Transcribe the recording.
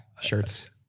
shirts